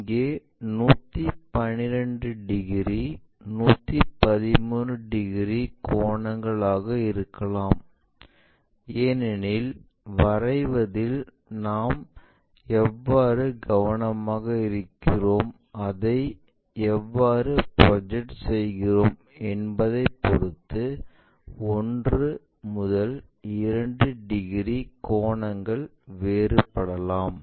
இங்கே 112 degree 113 degree கோணங்கள் ஆக இருக்கலாம் ஏனெனில் வரைவதில் நாம் எவ்வளவு கவனமாக இருக்கிறோம் அதை எவ்வாறு ப்ரொஜெக்ட் செய்கிறோம் என்பதைப் பொருத்து 1 முதல் 2 டிகிரி கோணங்கள் வேறுபடலாம்